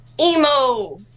emo